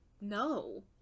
no